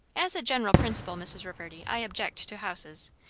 as a general principle, mrs. reverdy, i object to houses.